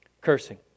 Cursing